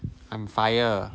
I'm fire